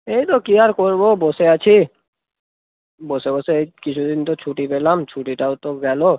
এই তো কী আর করবো বসে আছি বসে বসে এই কিছু দিন তো ছুটি পেলাম ছুটিটাও তো গেল